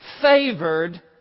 favored